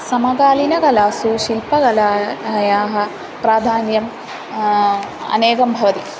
समकालीनकलासु शिल्पकलायाः प्राधान्यम् अनेकं भवति